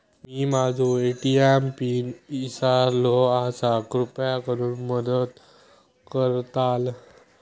मी माझो ATM PIN इसरलो आसा कृपा करुन मदत करताल